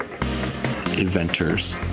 inventors